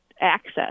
access